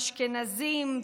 אשכנזים,